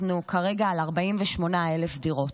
אנחנו כרגע על 48,000 דירות.